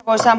arvoisa